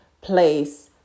place